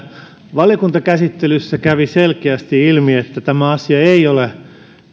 valiokuntakäsittelyssä kävi selkeästi ilmi että tämä asia ei ole